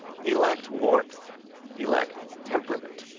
he lacked warmth he lacked temperament.